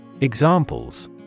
Examples